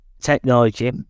technology